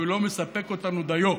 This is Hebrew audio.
אם הוא לא מספק אותנו דיו.